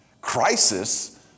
Crisis